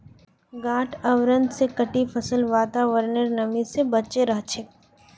गांठ आवरण स कटी फसल वातावरनेर नमी स बचे रह छेक